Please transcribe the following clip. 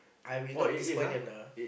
I will not disappoint them lah